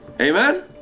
Amen